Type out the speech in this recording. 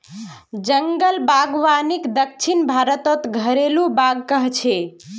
जंगल बागवानीक दक्षिण भारतत घरेलु बाग़ कह छे